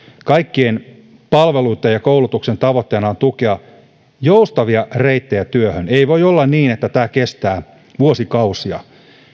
kaikkien palveluitten ja koulutuksen tavoitteena on tukea joustavia reittejä työhön ei voi olla niin että tämä kestää vuosikausia